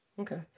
Okay